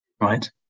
right